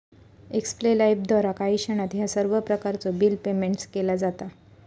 एक्स्पे लाइफद्वारा काही क्षणात ह्या सर्व प्रकारचो बिल पेयमेन्ट केला जाता